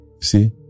see